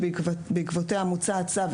שבעקבותיה מוצא הצו,